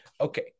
Okay